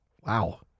Wow